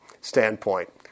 standpoint